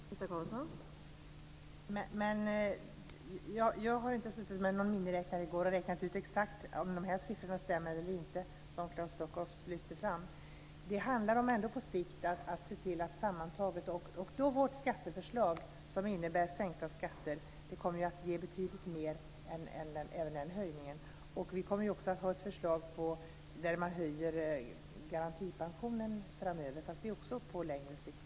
Fru talman! Jag har inte suttit med någon miniräknare i går och räknat ut exakt om de siffror stämmer eller inte som Claes Stockhaus lyfte fram. Det handlar ändå på sikt om att se på det sammantaget. Vårt skatteförslag som innebär sänkta skatter kommer att ge betydligt mer. Vi kommer också att ha ett förslag att höja garantipensionen framöver, fast det är också på längre sikt.